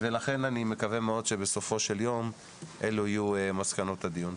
לכן אני מקווה מאוד שבסופו של יום אלו יהיו מסקנות הדיון.